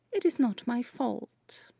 it is not my fault.